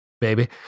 baby